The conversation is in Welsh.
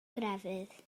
grefydd